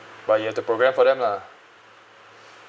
but you have to programme for them lah